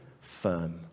firm